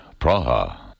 Praha